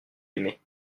aimé